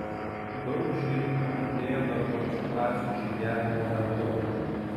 daug žydų nukentėjo dar pačiu nacių žygiavimo metu